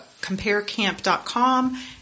CompareCamp.com